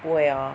不会 orh